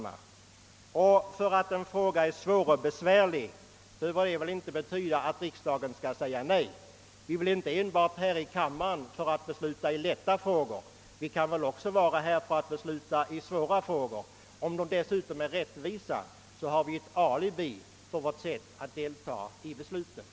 Enbart det faktum att en fråga är besvärlig bör väl inte betyda att riksdagen därför skall säga nej. Vi sitter inte i denna kammare för att besluta bara om lätta frågor; vi bör även lära oss att hantera svåra frågor. Om dessa svåra frågor dessutom är rättvisa, är vårt deltagande i besluten så mycket mera berättigat.